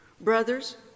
brothers